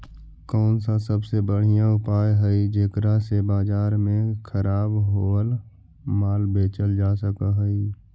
कौन सा सबसे बढ़िया उपाय हई जेकरा से बाजार में खराब होअल माल बेचल जा सक हई?